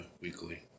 weekly